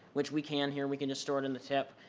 which we can here. we can just store it in the tip.